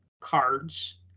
cards